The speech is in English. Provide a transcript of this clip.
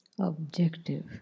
objective